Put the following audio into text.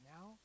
now